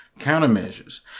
countermeasures